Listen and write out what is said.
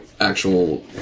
actual